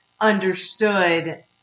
understood